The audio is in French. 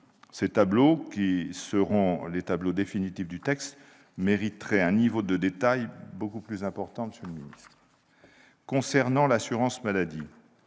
Ces tableaux, qui seront les tableaux définitifs du texte, mériteraient un niveau de détail beaucoup plus important. Concernant l'assurance maladie,